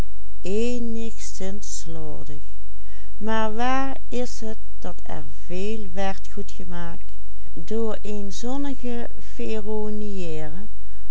werd goedgemaakt door een zonnige